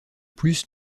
plus